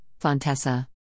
Fontessa